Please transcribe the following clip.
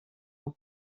ans